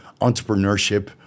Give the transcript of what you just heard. entrepreneurship